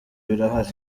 birahari